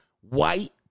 white